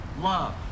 love